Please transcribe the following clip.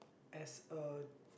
as a